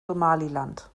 somaliland